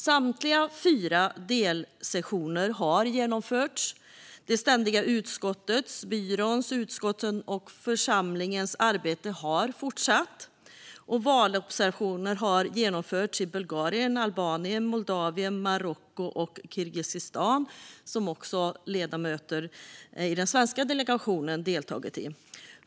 Samtliga fyra delsessioner har genomförts. Det ständiga utskottets, byråns, utskottens och församlingens arbete har fortsatt. Valobservationer har genomförts i Bulgarien, Albanien, Moldavien, Marocko och Kirgizistan som också ledamöter i den svenska delegationen har deltagit i.